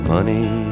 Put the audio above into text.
Money